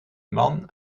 man